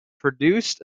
produced